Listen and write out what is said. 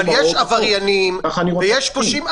יש עבריינים ויש פושעים,